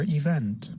event